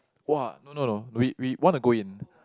!wah! no no no we we want to go in